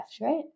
right